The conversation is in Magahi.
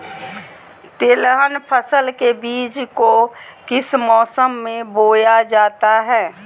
तिलहन फसल के बीज को किस मौसम में बोया जाता है?